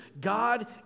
God